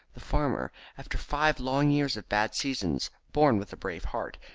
the farmer, after five long years of bad seasons, borne with a brave heart,